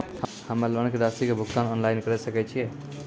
हम्मे लोन के रासि के भुगतान ऑनलाइन करे सकय छियै?